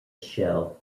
shell